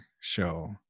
show